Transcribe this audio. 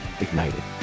ignited